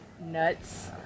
nuts